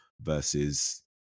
versus